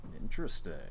Interesting